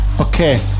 okay